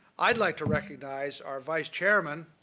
i'd like to recognize our vice-chairman,